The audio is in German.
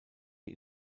die